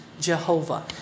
Jehovah